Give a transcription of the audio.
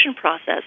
process